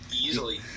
Easily